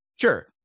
Sure